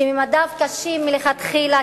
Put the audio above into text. שממדיו קשים מלכתחילה,